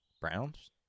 Browns